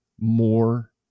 more